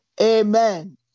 Amen